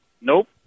Nope